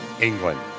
England